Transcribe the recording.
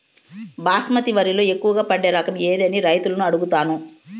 బాస్మతి వరిలో ఎక్కువగా పండే రకం ఏది అని రైతులను అడుగుతాను?